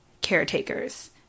caretakers